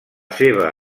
seva